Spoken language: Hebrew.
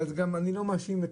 אבל אני גם לא מאשים.